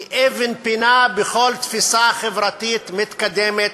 היא אבן פינה בכל תפיסה חברתית מתקדמת,